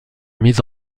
mise